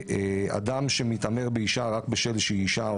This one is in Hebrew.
אדם שמתעמר באישה רק מכיוון שהיא אישה או